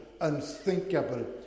unthinkable